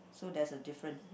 so there's a different